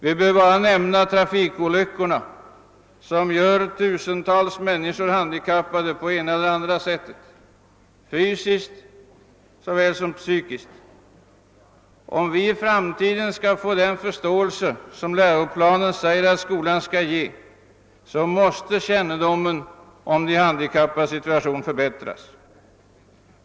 Man behöver bara nämna trafikolyckorna som gör tusentals handikappade på det ena eller andra sättet, fysiskt såväl som psykiskt. Om vi i framtiden skall kunna skapa den förståelse som läroplanen säger att skolan skall ge, måste kännedomen om de handikappades situation förbättras.